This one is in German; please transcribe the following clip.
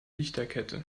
lichterkette